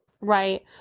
right